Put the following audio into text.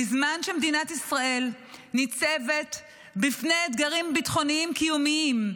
בזמן שמדינת ישראל ניצבת בפני אתגרים ביטחוניים קיומיים,